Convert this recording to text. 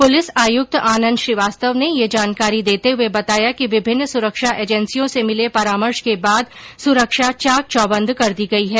police आयुक्त आनंद श्रीवास्तव ने ये जानकारी देते हुए बताया कि विभिन्न सुरक्षा एजेंसियों से मिले परामर्श के बाद सुरक्षा चाक चौबंद कर दी गयी है